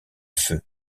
feu